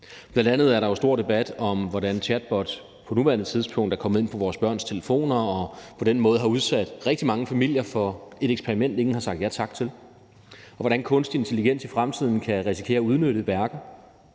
Bl.a. er der jo stor debat om, hvordan chatbots på nuværende tidspunkt er kommet ind på vores børns telefoner og på den måde har udsat rigtig mange familier for et eksperiment, ingen har sagt ja tak til, og hvordan kunstig intelligens i fremtiden kan risikere at udnytte værker,